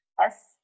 Yes